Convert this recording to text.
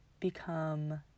become